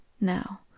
now